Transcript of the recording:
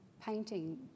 painting